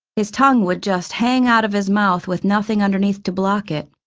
his tongue would just hang out of his mouth with nothing underneath to block it.